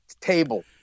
table